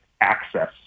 access